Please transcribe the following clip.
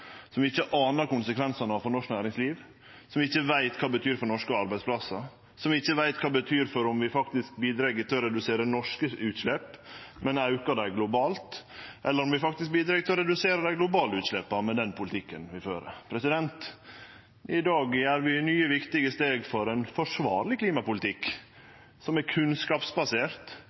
vi ikkje anar konsekvensane av for norsk næringsliv, som vi ikkje veit kva vil bety for norske arbeidsplassar, som vi ikkje veit om vil bidra til å redusere norske utslepp eller auke dei globalt, eller om dei faktisk vil bidra til å redusere dei globale utsleppa med den politikken ein vil føre. I dag tek vi nye viktige steg for ein forsvarleg klimapolitikk som er kunnskapsbasert,